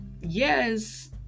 yes